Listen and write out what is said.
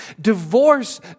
Divorce